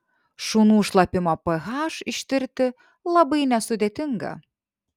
šunų šlapimo ph ištirti labai nesudėtinga